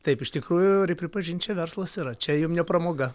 taip iš tikrųjų reik pripažint čia verslas yra čia jum ne pramoga